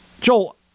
Joel